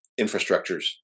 infrastructures